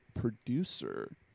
producer